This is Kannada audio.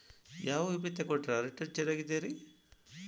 ಯಾವ ವಿಮೆ ತೊಗೊಂಡ್ರ ರಿಟರ್ನ್ ಚೆನ್ನಾಗಿದೆರಿ?